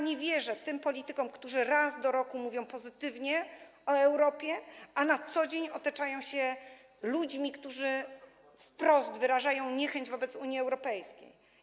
Nie wierzę politykom, którzy raz do roku mówią o Europie pozytywnie, a na co dzień otaczają się ludźmi, którzy wprost wyrażają niechęć wobec Unii Europejskiej.